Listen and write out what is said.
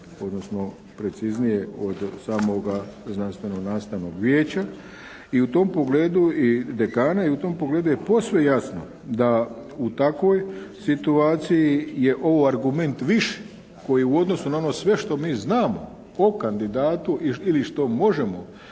odnosno preciznije od samoga znanstveno nastavnog vijeća i u tom pogledu i dekana i u tom pogledu je posve jasno da u takvoj situaciji je ovo argument više koji u odnosu na ono sve što mi znamo o kandidatu ili što možemo